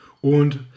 und